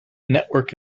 network